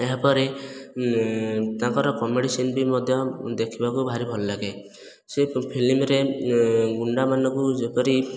ଏହାପରେ ତାଙ୍କର comedy scene ବି ମଧ୍ୟ ଦେଖିବାକୁ ଭାରି ଭଲ ଲାଗେ ସେ ଫିଲ୍ମରେ ଗୁଣ୍ଡା ମାନଙ୍କୁ ଯେପରି